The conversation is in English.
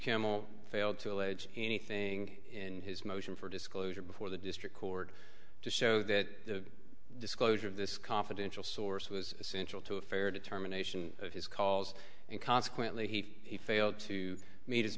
campbell failed to allege anything in his motion for disclosure before the district court to show that the disclosure of this confidential source was essential to a fair determination of his calls and consequently he failed to meet his